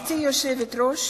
גברתי היושבת-ראש,